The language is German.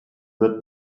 wird